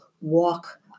walk